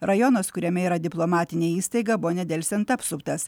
rajonas kuriame yra diplomatinė įstaiga buvo nedelsiant apsuptas